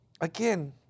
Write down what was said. Again